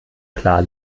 klar